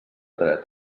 dret